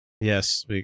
Yes